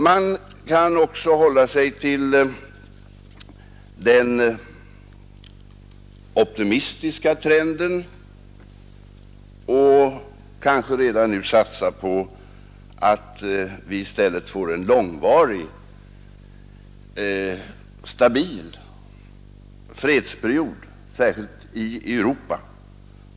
Man kan också satsa på den optimistiska trenden och redan nu utgå från att det blir en långvarig och stabil fredsperiod, särskilt i Europa.